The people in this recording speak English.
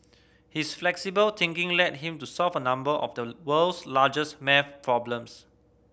his flexible thinking led him to solve a number of the world's largest maths problems